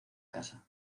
casa